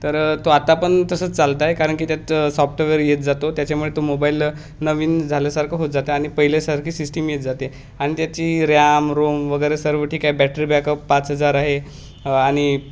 तर तो आता पण तसं च चालताय कारण की त्याच सॉफ्टवेअर येत जातो त्याच्यामुळे तो मोबाईल नवीन झाल्यासारखं होत जातं आणि पहिल्यासारखी सिस्टीम येत जाते आणि त्याची रॅम रोम वगैरे सर्व ठीक आहे बॅटरी बॅकअप पाच हजार आहे आणि